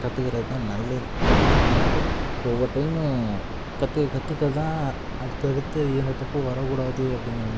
கற்றுக்கறது தான் நல்லது ஏனால் நீங்கள் வந்து ஒவ்வொரு டைமும் கற்றுக்க கற்றுக்க தான் அடுத்தடுத்து ஐயோ இந்த தப்பு வரக் கூடாது அப்படிங்கிறம்